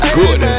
good